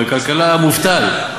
כלכלה מובטל.